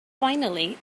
finally